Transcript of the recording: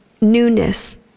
newness